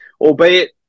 albeit